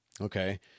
okay